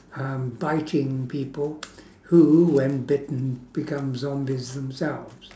um biting people who when bitten become zombies themselves